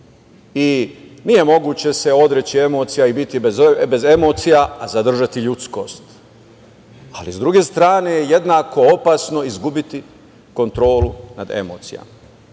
se moguće odreći emocija i biti bez emocija, a zadržati ljudskost. Ali, s druge strane jednako opasno je izgubiti kontrolu nad emocijama.U